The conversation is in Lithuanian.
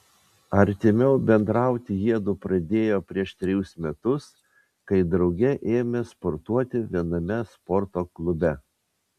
artimiau bendrauti jiedu pradėjo prieš trejus metus kai drauge ėmė sportuoti viename sporto klube